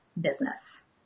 business